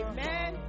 Amen